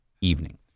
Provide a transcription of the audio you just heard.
evening